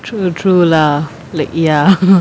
true true lah like ya